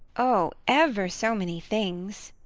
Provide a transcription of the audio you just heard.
oh! ever so many things.